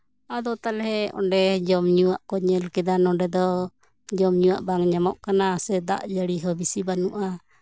ᱟᱫᱚ ᱛᱟᱦᱚᱞᱮ ᱚᱸᱰᱮ ᱡᱚᱢ ᱧᱩᱣᱟᱜ ᱠᱚ ᱧᱮᱞ ᱠᱮᱫᱟ ᱱᱚᱰᱮ ᱫᱚ ᱡᱚᱢ ᱧᱩᱣᱟᱜ ᱵᱟᱝ ᱧᱟᱢᱚᱜ ᱠᱟᱱᱟ ᱥᱮ ᱫᱟᱜ ᱡᱟᱹᱲᱤ ᱦᱚᱸ ᱵᱮᱥᱤ ᱵᱟᱹᱱᱩᱜᱼᱟ